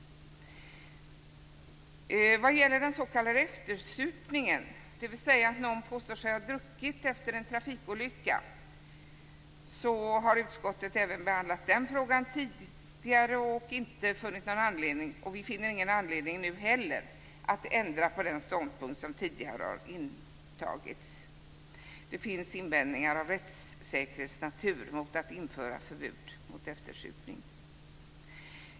Utskottet har även tidigare behandlat frågan om den s.k. eftersupningen, dvs. att någon påstår sig ha druckit efter en trafikolycka, och inte funnit anledning att ändra på den ståndpunkt som har intagits, och vi finner ingen anledning att göra det nu heller. Det finns invändningar av rättssäkerhetsnatur mot att införa förbud mot eftersupning.